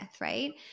Right